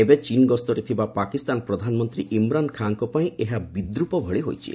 ଏବେ ଚୀନ ଗସ୍ତରେ ଥିବା ପାକିସ୍ତାନ ପ୍ରଧାନମନ୍ତ୍ରୀ ଇମ୍ରାନ ଖାଁ ଙ୍କ ପାଇଁ ଏହା ବିଦ୍ରପ ଭଳି ହୋଇଛି